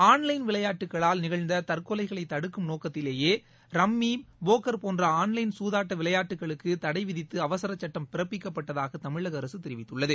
online விளையாட்டுக்களால் நிகழ்ந்த தற்கொலைகளை தடுக்கும் நோக்கத்திலேயே ரம்பி போக்கர் போன்ற ஆள்லைன் சூதாட்ட விளையாட்டுகளுக்கு தடை விதித்து அவசரச் சட்டம் பிறப்பிக்கப்பட்டதாக தமிழக அரசு தெரிவித்துள்ளது